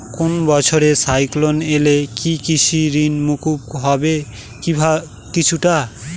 কোনো বছর সাইক্লোন এলে কি কৃষি ঋণ মকুব হবে কিছুটা?